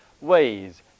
ways